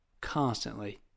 constantly